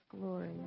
Glory